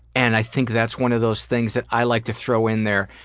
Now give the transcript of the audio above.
and i think that's one of those things that i like to throw in there,